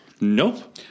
nope